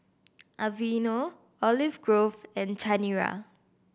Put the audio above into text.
Aveeno Olive Grove and Chanira